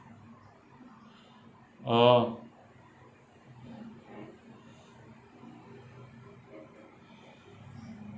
orh